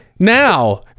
Now